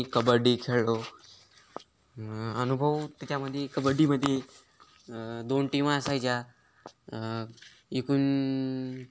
मी कबड्डी खेळलो अनुभव त्याच्यामध्ये कबड्डीमध्ये दोन टीम असायच्या एकूण